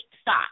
stop